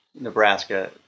Nebraska